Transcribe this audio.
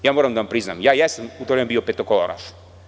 Moram da vam priznam, ja jesam u to vreme bio petokolonaš.